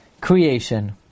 creation